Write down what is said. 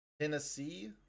Tennessee